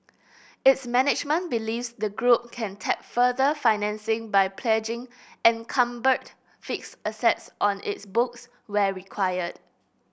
its management believes the group can tap further financing by pledging encumbered fixed assets on its books where required